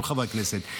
כל חברי הכנסת,